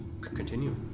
continue